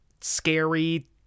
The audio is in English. scary